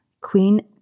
Queen